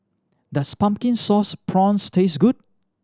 does Pumpkin Sauce Prawns taste good